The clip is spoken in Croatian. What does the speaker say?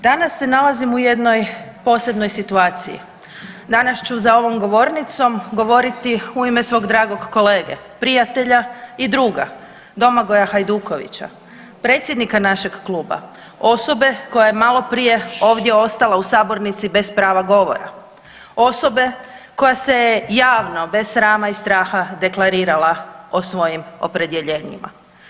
Danas se nalazim u jednoj posebnoj situaciji, danas ću za ovom govornicom govoriti u ime svog dragog kolege, prijatelja i druga Domagoja Hajdukovića predsjednika našeg kluba, osobe koja je maloprije ovdje ostala u sabornici bez prava govora, osobe koja se je javno bez srama i straha deklarirala o svojim opredjeljenjima.